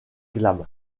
glam